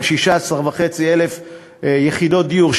של 16,500 יחידות דיור,